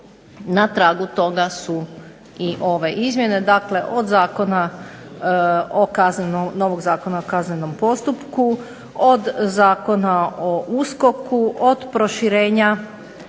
Na tragu toga su i ove izmjene, dakle od novog Zakona o kaznenom postupku, od Zakona o USKOK-u, od proširenja